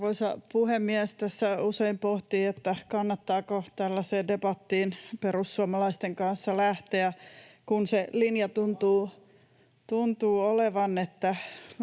Arvoisa puhemies! Tässä usein pohtii, kannattaako tällaiseen debattiin perussuomalaisten kanssa lähteä, [Mauri Peltokangas: